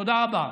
תודה רבה.